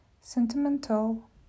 Sentimental